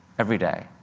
every day,